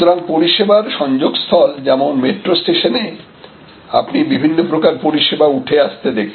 সুতরাং পরিষেবার সংযোগস্থল যেমন মেট্রো স্টেশনে আপনি বিভিন্ন প্রকার পরিষেবা উঠে আসতে দেখছেন